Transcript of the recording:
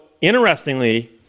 interestingly